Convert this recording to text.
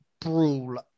brawl